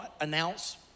announce